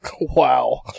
Wow